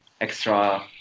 extra